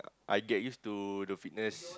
I get used to the fitness